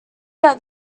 that